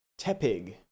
tepig